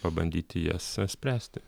pabandyti jas spręsti